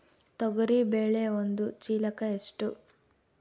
ತೊಗರಿ ಬೇಳೆ ಒಂದು ಚೀಲಕ ಎಷ್ಟು?